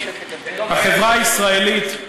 החברה הישראלית,